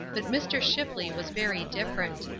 but mr. shipley was very different.